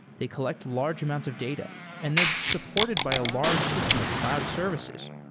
they collect large amounts of data and they're supported by a large system of cloud services.